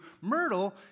Myrtle